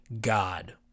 god